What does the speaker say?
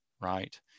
Right